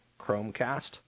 Chromecast